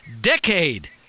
decade